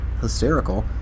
hysterical